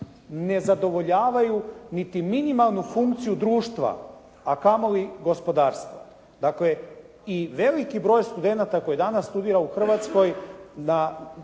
ne zadovoljavaju niti minimalnu funkciju društva, a kamoli gospodarstva. Dakle, i veliki broj studenata koji danas studira u Hrvatskoj